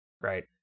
right